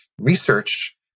research